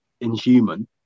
inhuman